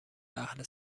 اهل